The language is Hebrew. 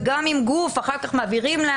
וגם אם גוף אחר כך מעבירים,